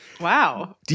Wow